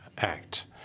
act